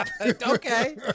Okay